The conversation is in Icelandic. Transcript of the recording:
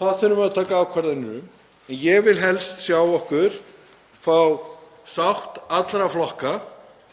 Við verðum að taka ákvarðanir um það. Ég vil helst sjá okkur ná sátt milli allra flokka